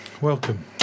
welcome